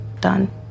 done